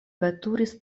veturis